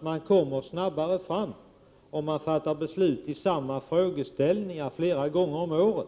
Man kommer inte snabbare fram om man fattar beslut i samma fråga flera gånger om året.